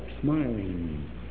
smiling